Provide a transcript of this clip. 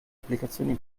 applicazioni